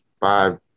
five